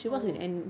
oh